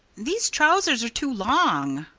these trousers are too long!